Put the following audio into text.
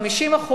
50%,